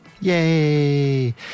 Yay